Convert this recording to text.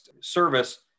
service